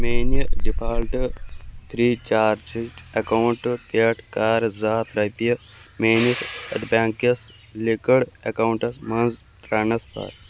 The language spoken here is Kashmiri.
میٛانہِ ڈفالٹہٕ فرٛی چارجِچ ایٚکاونٛٹہٕ پٮ۪ٹھ کَر زٕ ہَتھ رۄپیہِ میٛٲنِس بیٛنٛک کِس لنٛکٕڈ ایٚکاونٹَس مَنٛز ٹرٛانسفر